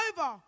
over